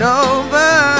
over